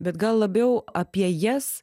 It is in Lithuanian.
bet gal labiau apie jas